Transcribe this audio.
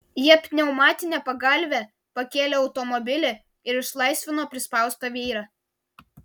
jie pneumatine pagalve pakėlė automobilį ir išlaisvino prispaustą vyrą